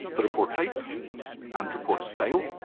the report type and report style.